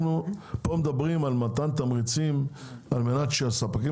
אנחנו פה מדברים על מתן תמריצים על מנת שהספקים